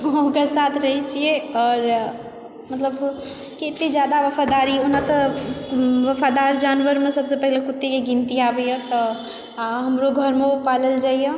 हुनका साथ रहै छियैक आओर मतलब कतेक जादा वफादारी ओना तऽ वफादार जानवरमे सबसँ पहिने कुत्तेक गनती आबैए तऽ हमरो घरमे ओ पालल जाइ यऽ